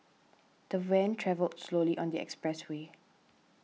the van travelled slowly on the expressway